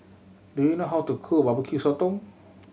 do you know how to cook Barbecue Sotong